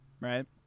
right